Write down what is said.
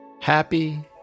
Happy